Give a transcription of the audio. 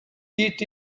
eat